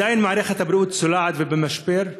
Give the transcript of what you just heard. עדיין מערכת הבריאות צולעת ובמשבר,